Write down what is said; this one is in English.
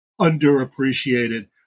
underappreciated